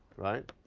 right?